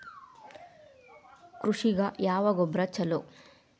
ಕೃಷಿಗ ಯಾವ ಗೊಬ್ರಾ ಛಲೋ?